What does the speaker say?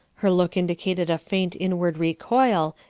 her look indicated a faint inward recoil,